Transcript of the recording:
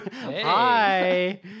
Hi